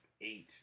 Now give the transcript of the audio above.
eight